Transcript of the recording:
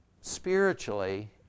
spiritually